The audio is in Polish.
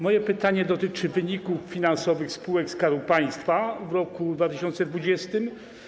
Moje pytanie dotyczy wyników finansowych spółek Skarbu Państwa w roku 2020.